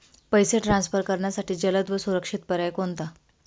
पैसे ट्रान्सफर करण्यासाठी जलद व सुरक्षित पर्याय कोणता?